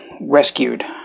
rescued